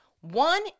One